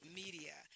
media